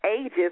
ages